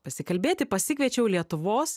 pasikalbėti pasikviečiau lietuvos